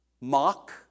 Mock